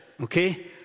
okay